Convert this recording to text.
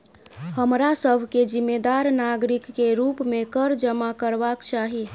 हमरा सभ के जिम्मेदार नागरिक के रूप में कर जमा करबाक चाही